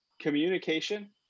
communication